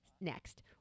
Next